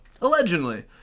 allegedly